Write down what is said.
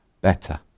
better